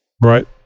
right